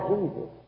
Jesus